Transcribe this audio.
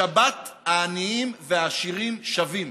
בשבת העניים והעשירים שווים.